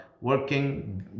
working